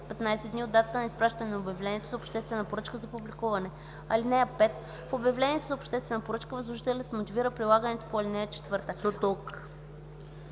До тук.